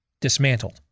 dismantled